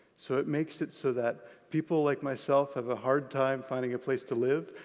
so it makes it so that people like myself have a hard time finding a place to live,